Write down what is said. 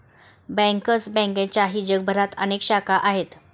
bankers बँकेच्याही जगभरात अनेक शाखा आहेत